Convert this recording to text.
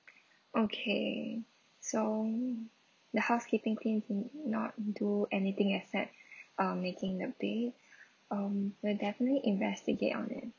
okay so the housekeeping team did not do anything except uh making the bed um we'll definitely investigate on it